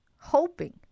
hoping